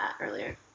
earlier